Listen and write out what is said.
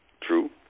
true